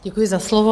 Děkuji za slovo.